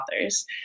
authors